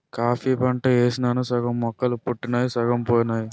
coffee పంట యేసినాను సగం మొక్కలు పుట్టినయ్ సగం పోనాయి